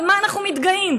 על מה אנחנו מתגאים?